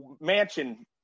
mansion